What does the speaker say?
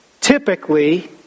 typically